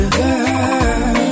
girl